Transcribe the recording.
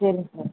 சரிங்க சார்